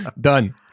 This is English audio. Done